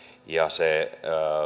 ja se